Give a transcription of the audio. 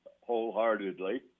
wholeheartedly